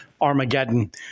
Armageddon